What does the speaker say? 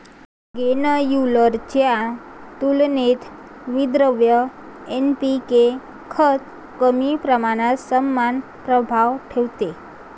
granular च्या तुलनेत विद्रव्य एन.पी.के खत कमी प्रमाणात समान प्रभाव ठेवते